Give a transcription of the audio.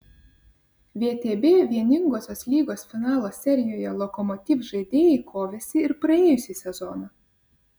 vtb vieningosios lygos finalo serijoje lokomotiv žaidėjai kovėsi ir praėjusį sezoną